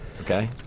okay